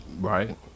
Right